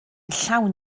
llawn